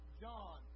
John